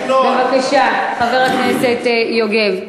בבקשה, חבר הכנסת יוגב.